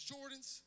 Jordans